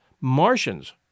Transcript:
Martians